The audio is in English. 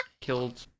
killed